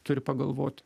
turi pagalvoti